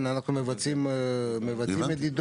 אנחנו מבצעים מדידות.